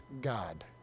God